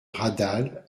radal